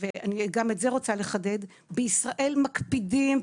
גם את זה אני רוצה לחדד: בישראל מקפידים,